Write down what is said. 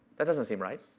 that doesn't seem right.